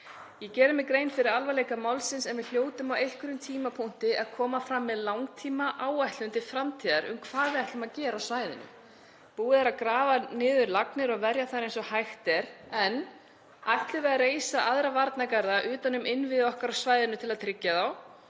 Ég geri mér grein fyrir alvarleika málsins en við hljótum á einhverjum tímapunkti að koma fram með langtímaáætlun til framtíðar um hvað við ætlum að gera á svæðinu. Búið er að grafa niður lagnir og verja þær eins og hægt er. En ætlum við að reisa aðra varnargarða utan um innviði okkar á svæðinu til að tryggja þá?